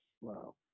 wow